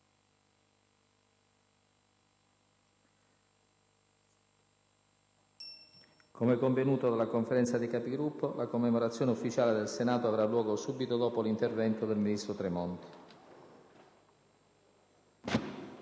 Come convenuto nella Conferenza dei Capigruppo, la commemorazione ufficiale del Senato avrà luogo subito dopo l'intervento del ministro Tremonti.